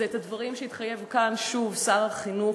זה הדברים שהתחייב להם כאן שוב שר החינוך,